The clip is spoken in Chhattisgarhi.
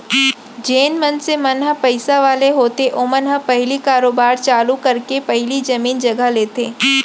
जेन मनसे मन ह पइसा वाले होथे ओमन ह पहिली कारोबार चालू करे के पहिली जमीन जघा लेथे